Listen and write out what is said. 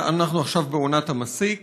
אנחנו עכשיו בעונת המסיק,